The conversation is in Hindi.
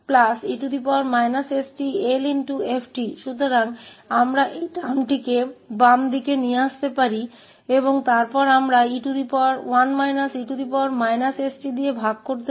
इसलिए हम इस पद को बाईं ओर ला सकते हैं और फिर हम इस पद को1 e sT से विभाजित कर सकते हैं